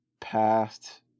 past